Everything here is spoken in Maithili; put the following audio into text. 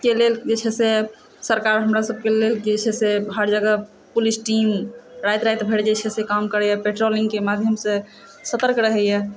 के लेल जे छै से सरकार हमरा सभके लेल जे छै से हर जगह पुलिस टीम राति राति भर जे छै से काम करयए पेट्रोलिंगके माध्यमसँ सतर्क रहयए